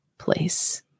Place